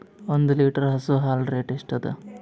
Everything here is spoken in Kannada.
ಒಂದ್ ಲೀಟರ್ ಹಸು ಹಾಲ್ ರೇಟ್ ಎಷ್ಟ ಅದ?